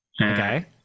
Okay